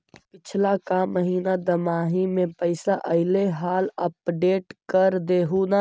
पिछला का महिना दमाहि में पैसा ऐले हाल अपडेट कर देहुन?